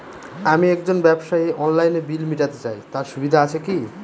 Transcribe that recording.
আমি একজন ব্যবসায়ী অনলাইনে বিল মিটাতে চাই তার সুবিধা আছে কি?